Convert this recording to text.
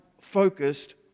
focused